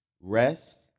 rest